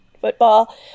football